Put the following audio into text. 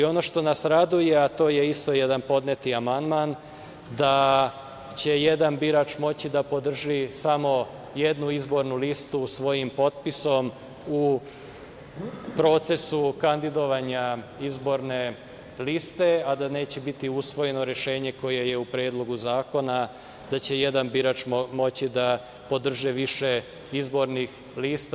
Ono što nas raduje, a to je isto jedan podneti amandman, i da će jedan birač moći da podrži samo jednu izbornu listu svojim potpisom u procesu kandidovanja izborne liste, a da neće biti usvojeno rešenje koje je u predlogu zakona da će jedan birač moći da podrži više izbornih lista.